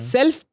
Self